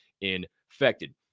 infected